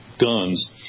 guns